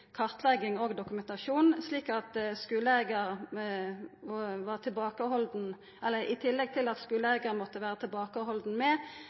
kartlegging og dokumentasjon, i tillegg til at skuleeigarar måtte vera tilbakehaldne med